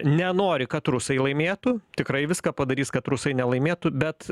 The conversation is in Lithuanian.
nenori kad rusai laimėtų tikrai viską padarys kad rusai nelaimėtų bet